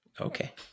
Okay